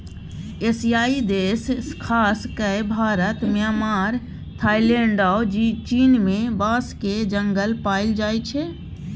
एशियाई देश खास कए भारत, म्यांमार, थाइलैंड आ चीन मे बाँसक जंगल पाएल जाइ छै